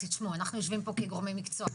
תשמעו, אנחנו יושבים פה כגורמי מקצוע.